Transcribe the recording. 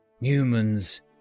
Humans